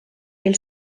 mil